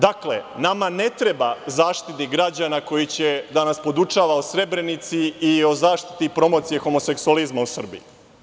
Dakle, nama ne treba Zaštitnik građana koji će da nas podučava o Srebrenici i o zaštiti promocije homoseksualizma u Srbiji.